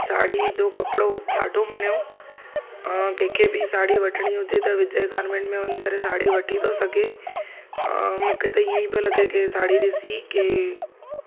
साड़ी जो कपिड़ो ॾाढो वणियो अ कंहिंखे बि साड़ी वठणी हुजे त विजय गारमेंट में वञी करे साड़ी वठी थो सघे मूंखे त ईअं ई पियो लॻे त साड़ी ॾिसी की